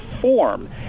form